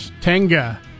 Tenga